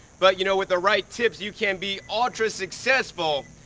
but you know, with the right tips you can be ultra successful,